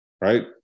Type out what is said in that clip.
Right